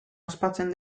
ospatzen